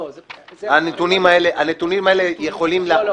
לא --- הנתונים האלה יכולים --- לא,